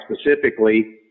specifically